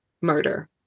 murder